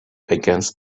against